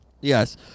Yes